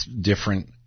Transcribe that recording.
different